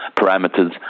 parameters